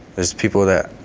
there's people that